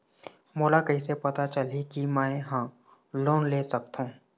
मोला कइसे पता चलही कि मैं ह लोन ले सकथों?